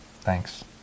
Thanks